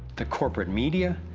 the corporate media,